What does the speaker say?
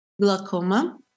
glaucoma